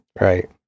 right